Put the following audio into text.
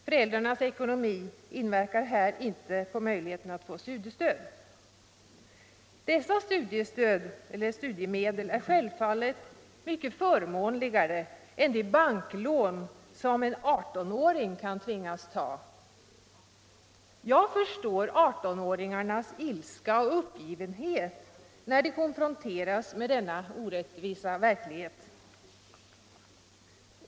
Föräldrarnas ekonomi inverkar här inte på möjligheten att få studiestöd. Dessa studiemedel är självfallet mycket förmånligare än de banklån som en 18-åring kan tvingas ta. Jag förstår 18-åringarnas ilska och uppgivenhet när de konfronteras med denna orättvisa verklighet.